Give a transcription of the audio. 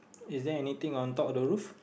is there anything on top of the roof